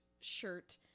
shirt